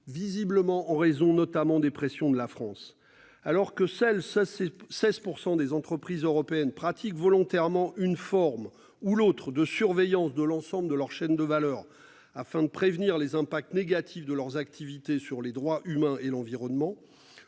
visiblement en raison notamment des pressions de la France alors que celles ça c'est 16% des entreprises européennes pratique volontairement une forme ou l'autre de surveillance de l'ensemble de leur chaîne de valeur afin de prévenir les impacts négatifs de leurs activités sur les droits humains et l'environnement.